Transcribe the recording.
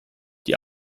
die